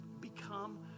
become